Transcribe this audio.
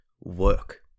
Work